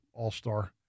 all-star